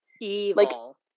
evil